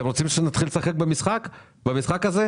אתם רוצים שנתחיל לשחק במשחק הזה?